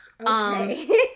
Okay